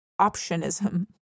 optionism